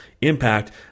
impact